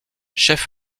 chef